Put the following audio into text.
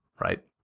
right